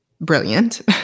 brilliant